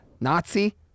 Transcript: Nazi